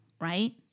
right